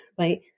right